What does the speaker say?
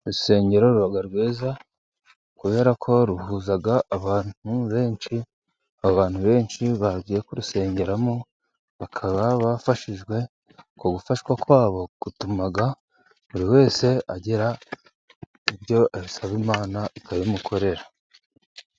Urusengero ruba rwiza kubera ko ruhuza abantu benshi, abantu benshi bagiye kurusengeramo bakaba, bafashijwe uko gufashwa kwabo, gutuma buri wese agira ibyo asaba Imana ikabimukorera.